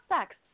sex